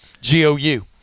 G-O-U